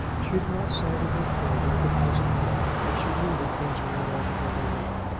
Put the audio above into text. she did not say anything further at the present moment, but she knew that things were not altogether right.